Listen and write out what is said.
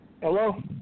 Hello